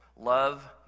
Love